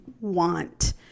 want